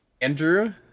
andrew